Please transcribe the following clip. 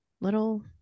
little